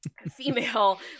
Female